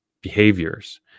behaviors